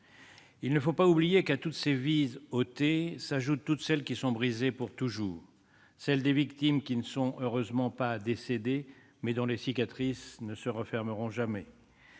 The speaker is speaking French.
Il ne faut pas oublier qu'à toutes ces vies ôtées s'ajoutent toutes celles qui sont brisées pour toujours : celles des victimes qui ne sont heureusement pas décédées, mais dont les cicatrices ne se refermeront jamais,